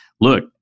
look